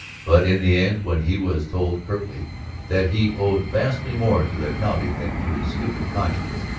but in the end when he was told curtly that he owed vastly more to the county than to his stupid conscience,